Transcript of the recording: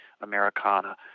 Americana